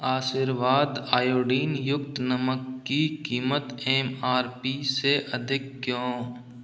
आशीर्वाद आयोडीन युक्त नमक की कीमत एम आर पी से अधिक क्यों